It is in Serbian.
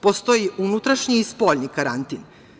Postoji unutrašnji i spoljni karantin.